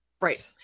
right